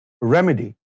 remedy